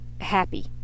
happy